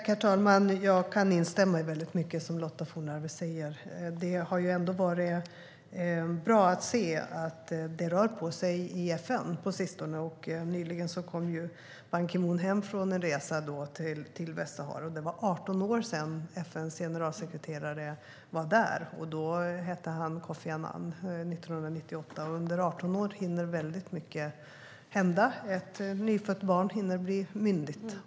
Herr talman! Jag kan instämma i väldigt mycket som Lotta Fornarve säger. Det har ändå varit bra att se att det har rört på sig i FN på sistone. Nyligen kom Ban Ki Moon hem från en resa till Västsahara. Det var 18 år sedan FN:s generalsekreterare var där senast - då hette han Kofi Annan. Det var 1998. Under 18 år hinner väldigt mycket hända. Ett nyfött barn hinner bli myndigt.